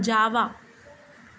जावा